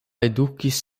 edukis